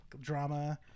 drama